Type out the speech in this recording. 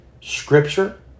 scripture